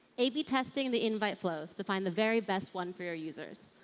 a b testing the invite flows to find the very best one for your users.